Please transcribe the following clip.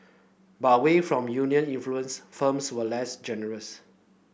but away from union influence firms were less generous